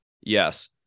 Yes